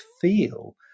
feel